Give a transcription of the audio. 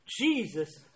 Jesus